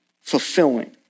fulfilling